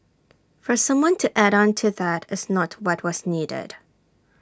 for someone to add on to that is not what was needed